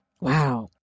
Wow